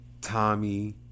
Tommy